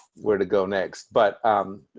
where to go next, but